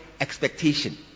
expectation